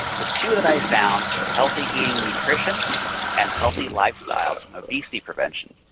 the two that i found were healthy eating and nutrition and healthy lifestyles obesity prevention.